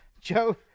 joe